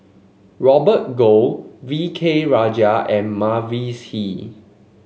Robert Goh V K Rajah and Mavis Hee